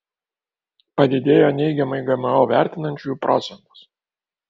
padidėjo neigiamai gmo vertinančiųjų procentas